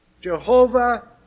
Jehovah